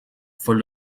for